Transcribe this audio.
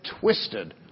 twisted